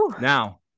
Now